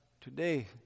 today